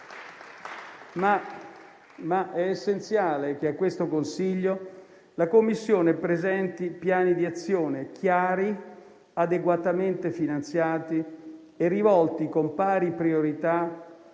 però essenziale che a questo Consiglio la Commissione presenti piani di azione chiari, adeguatamente finanziati e rivolti con pari priorità